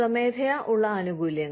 സ്വമേധയാ ഉള്ള ആനുകൂല്യങ്ങൾ